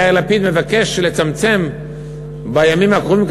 יאיר לפיד מבקש לצמצם בימים הקרובים,